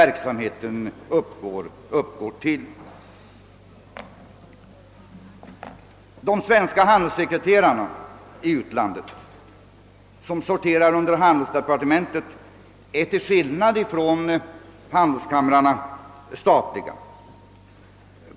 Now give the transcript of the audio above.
Den svenska handelssekreterarorganisationen i utlandet, som sorterar under handelsdepartementet, är till skillnad från handelskamrarna statlig.